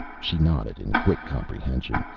she nodded in quick comprehension,